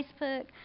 Facebook